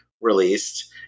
released